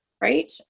Right